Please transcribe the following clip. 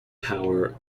power